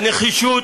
הנחישות